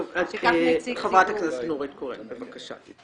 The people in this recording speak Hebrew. טוב, חברת הכנסת נורית קורן, בבקשה.